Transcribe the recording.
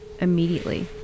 immediately